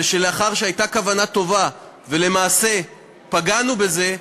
שלאחר שהייתה כוונה טובה ולמעשה פגענו בזה,